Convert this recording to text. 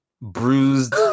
bruised